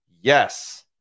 Yes